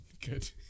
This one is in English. Good